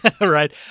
Right